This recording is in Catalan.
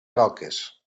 roques